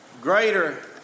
greater